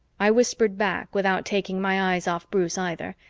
i whispered back without taking my eyes off bruce either,